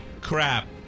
Crap